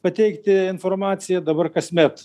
pateikti informaciją dabar kasmet